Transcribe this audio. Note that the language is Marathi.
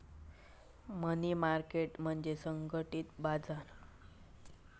मनी मार्केट म्हणजे असंघटित बाजार